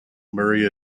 murray